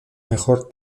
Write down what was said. mejor